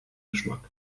geschmack